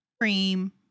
Cream